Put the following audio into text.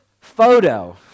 photo